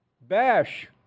Bash